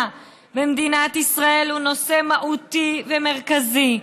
במדינת ישראל הוא נושא מהותי ומרכזי,